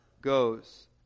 goes